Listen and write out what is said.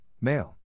Male